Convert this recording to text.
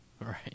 Right